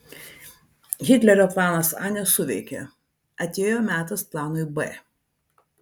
hitlerio planas a nesuveikė atėjo metas planui b